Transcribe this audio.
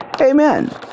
Amen